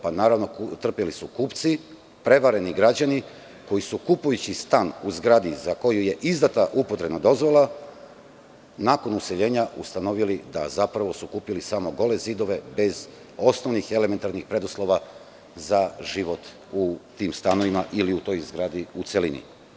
Naravno, trpeli su kupci, prevareni građani koji su kupujući stan u zgradi za koju je izdata upotrebna dozvola, nakon useljenja ustanovili da su zapravo kupili samo gole zidove, bez osnovnih i elementarnih preduslova za život u tim stanovima, ili u toj zgradi u celini.